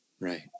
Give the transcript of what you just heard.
Right